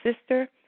sister